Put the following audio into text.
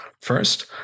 First